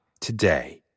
today